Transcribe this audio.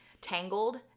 Tangled